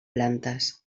plantes